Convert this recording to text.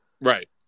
Right